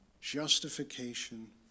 justification